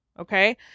Okay